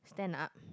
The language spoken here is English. stand up